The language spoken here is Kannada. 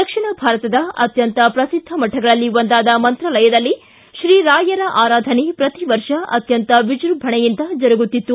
ದಕ್ಷಿಣ ಭಾರತದ ಅತ್ಯಂತ ಪ್ರಸಿದ್ದ ಮಠಗಳಲ್ಲಿ ಒಂದಾದ ಮಂತಾಲಯದಲ್ಲಿ ಶ್ರೀ ರಾಯರ ಆರಾಧನೆ ಪ್ರತಿ ವರ್ಷ ಅತ್ಖಂತ ವಿಜೃಂಭಣೆಯಿಂದ ಜರಗುತ್ತಿತ್ತು